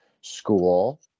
school